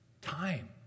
Time